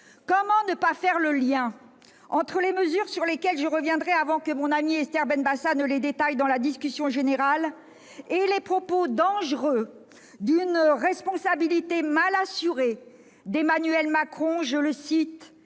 Comment ne pas faire le lien entre les mesures envisagées, sur lesquelles je reviendrai avant que mon amie Esther Benbassa ne les détaille dans la discussion générale, et ces propos dangereux, d'une responsabilité mal assurée, d'Emmanuel Macron :« il